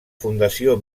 fundació